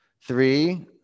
Three